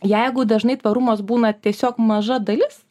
jeigu dažnai tvarumas būna tiesiog maža dalis